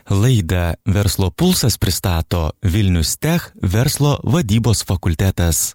laidą verslo pulsas pristato vilnius tech verslo vadybos fakultetas